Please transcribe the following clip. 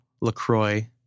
Lacroix